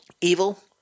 evil